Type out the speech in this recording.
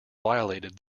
violated